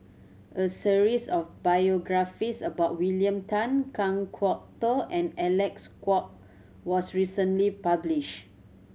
a series of biographies about William Tan Kan Kwok Toh and Alec Kuok was recently publish